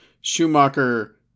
schumacher